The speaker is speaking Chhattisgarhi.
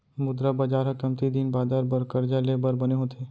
मुद्रा बजार ह कमती दिन बादर बर करजा ले बर बने होथे